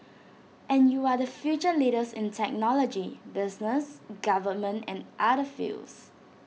and you are the future leaders in technology business government and other fields